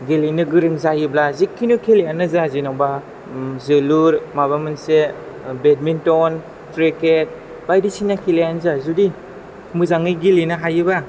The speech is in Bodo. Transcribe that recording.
गेलेनो गोरों जायोब्ला जिखुनु खेलायानो जा जेन'बा जोलुर माबा मोनसे बेडमिन्टन क्रिकेट बायदिसिना खेलायानो जा जुदि मोजाङै गेलेनो हायोबा